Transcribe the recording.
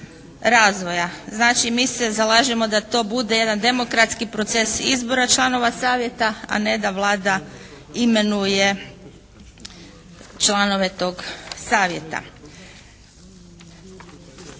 Znači, mi se zalažemo da to bude jedan demokratski proces izbora članova savjeta a ne da Vlada imenuje članove tog savjeta.